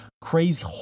crazy